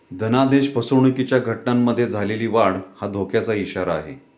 धनादेश फसवणुकीच्या घटनांमध्ये झालेली वाढ हा धोक्याचा इशारा आहे